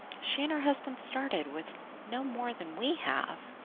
she and her husband started with no more than we have,